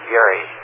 Gary